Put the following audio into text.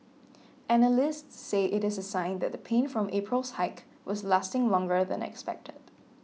analysts say it is a sign that the pain from April's hike was lasting longer than expected